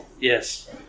yes